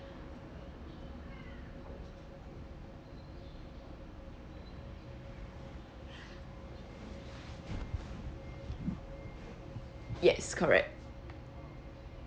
yes correct